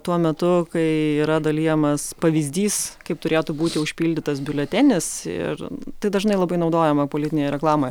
tuo metu kai yra dalijamas pavyzdys kaip turėtų būti užpildytas biuletenis ir tai dažnai labai naudojama politinėje reklamoj